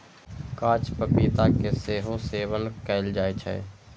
कांच पपीता के सेहो सेवन कैल जाइ छै